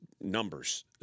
numbers